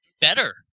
better